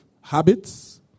habits